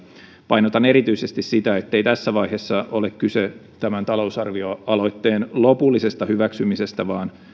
painotan erityisesti sitä ettei tässä vaiheessa ole kyse tämän talousarvioaloitteen lopullisesta hyväksymisestä vaan